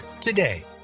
today